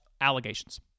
allegations